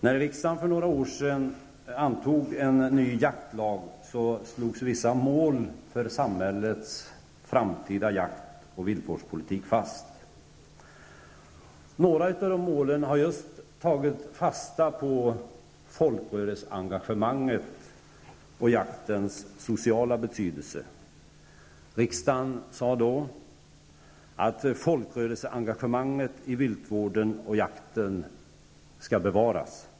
När riksdagen för några år sedan antog en ny jaktlag slogs vissa mål för samhällets framtida jaktoch viltvårdspolitik fast. Några av de målen har tagit fasta på just folkrörelseengagemanget och jaktens sociala betydelse. Man sade då att folkrörelseengagemanget i viltvården och jakten skall bevaras.